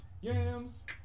yams